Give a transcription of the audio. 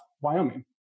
Wyoming